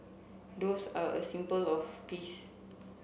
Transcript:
doves are a symbol of peace